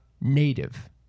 native